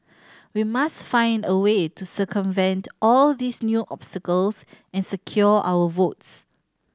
we must find a way to circumvent all these new obstacles and secure our votes